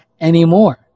anymore